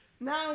Now